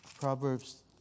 Proverbs